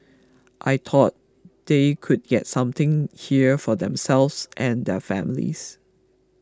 I thought they could get something here for themselves and their families